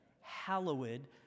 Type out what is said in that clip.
Hallowed